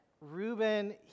Ruben